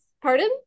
Pardon